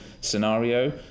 scenario